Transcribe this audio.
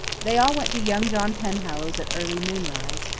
they all went to young john penhallow's at early moonrise.